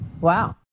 Wow